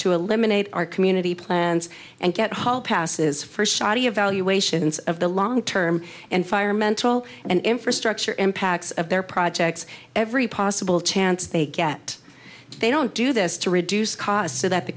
to eliminate our community plans and get hauled passes for shoddy evaluations of the long term and fire mental and infrastructure impacts of their projects every possible chance they get they don't do this to reduce costs so that the